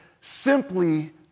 simply